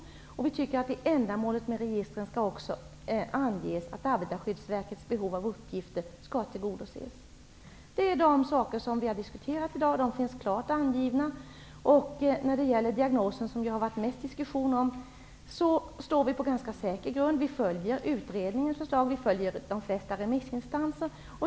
Dessutom tycker vi att det när det gäller ändamålet med registren skall anges att Arbetarskyddsverkets behov av uppgifter skall tillgodoses. Det här är de saker som vi i dag har diskuterat, och de finns som sagt klart angivna. När det gäller diagnoserna -- som vi har diskuterat mest här -- står vi på ganska säker grund. Vi följer utredningens förslag och vad de flesta remissinstanser säger.